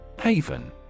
Haven